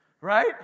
Right